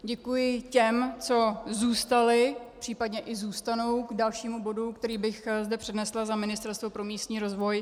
Děkuji těm, co zůstali, případně i zůstanou k dalšímu bodu, který bych zde přednesla za Ministerstvo pro místní rozvoj.